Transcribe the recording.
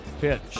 Pitch